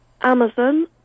Amazon